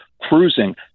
cruising